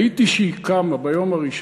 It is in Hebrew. הייתי כשהיא קמה, ביום הראשון.